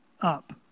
up